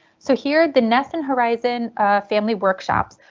so here the nest and horizon family workshops.